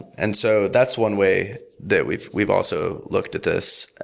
and so that's one way that we've we've also looked at this.